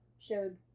Showed